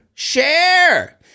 share